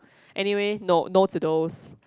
anyway no no to those